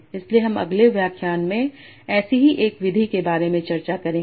इसलिए हम अगले व्याख्यान में ऐसी ही एक विधि के बारे में चर्चा करेंगे